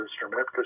instrument